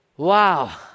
Wow